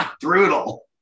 Brutal